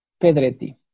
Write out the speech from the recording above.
Pedretti